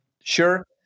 Sure